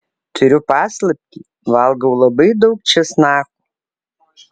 turiu paslaptį valgau labai daug česnako